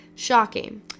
shocking